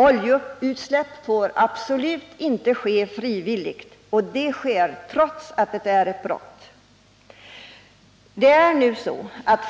Oljeutsläpp får absolut inte göras frivilligt — men det sker, trots att det är ett brott.